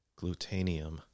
Glutanium